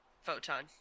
Photon